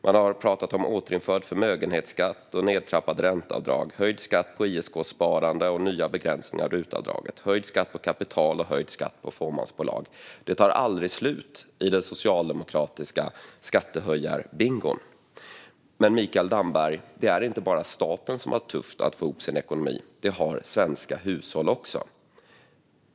Man har pratat om återinförd förmögenhetsskatt och nedtrappade ränteavdrag, höjd skatt på ISK-sparande och nya begränsningar av rutavdraget, höjd skatt på kapital och höjd skatt på fåmansbolag. Det tar aldrig slut i den socialdemokratiska skattehöjarbingon. Men, Mikael Damberg, det är inte bara staten som har det tufft att få ihop sin ekonomi. Det har svenska hushåll också.